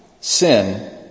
sin